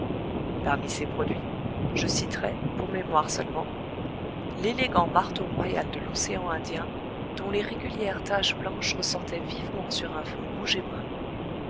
parmi ces produits je citerai pour mémoire seulement l'élégant marteau royal de l'océan indien dont les régulières taches blanches ressortaient vivement sur un fond rouge et brun